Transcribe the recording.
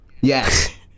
yes